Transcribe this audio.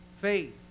faith